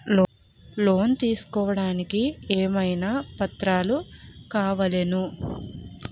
Loan తీసుకోడానికి ఏమేం పత్రాలు కావలెను?